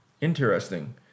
Interesting